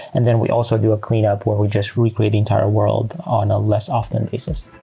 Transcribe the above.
and then we also do a cleanup where we just recreate entire world on a less often basis